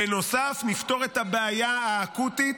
בנוסף נפתור את הבעיה האקוטית,